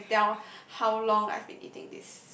so you can tell how long I've been eating it